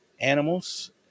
animals